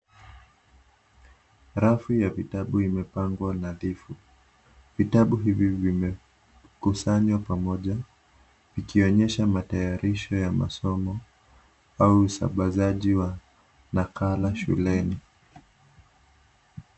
Rafu ya vitabu imepangwa nadhifu ,vitabu vimekusanywa pamoja vikionyesha matayarisho ya masomo au uzambazaji wa nakala shuleni.